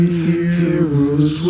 heroes